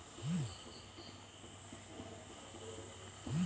ಕೃಷಿ ಯೋಜನೆಯಲ್ಲಿ ನನಗೆ ಬೇಕಾದ ಬೀಜಗಳನ್ನು ಸರಕಾರ ಕೊಡುತ್ತದಾ?